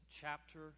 chapter